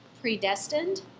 predestined